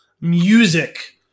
music